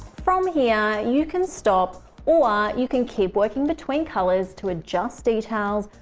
from here, you can stop, or you can keep working between colors to adjust details,